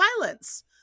violence